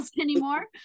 anymore